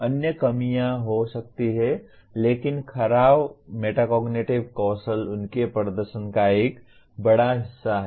अन्य कमियां हो सकती हैं लेकिन खराब मेटाकोग्निटिव कौशल उनके प्रदर्शन का एक बड़ा हिस्सा है